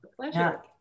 pleasure